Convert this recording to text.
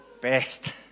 best